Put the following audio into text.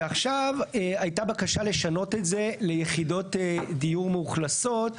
ועכשיו הייתה בקשה לשנות את זה ליחידות דיור מאוכלסות.